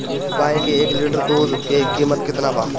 गाय के एक लीटर दूध के कीमत केतना बा?